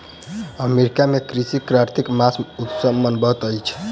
America में कृषक कार्तिक मास मे उत्सव मनबैत अछि